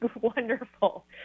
Wonderful